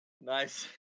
Nice